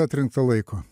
atrinkta laiko